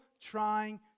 trying